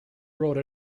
wrote